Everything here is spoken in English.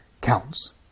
counts